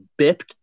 bipped